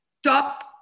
stop